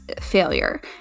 Failure